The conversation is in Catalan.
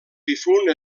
difunt